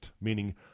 meaning